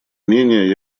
менее